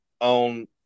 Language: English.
on